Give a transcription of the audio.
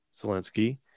Zelensky